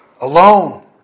Alone